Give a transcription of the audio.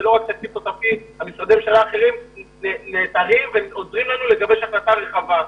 והם נעתרים לנו ומסייעים לתת סיוע רחב.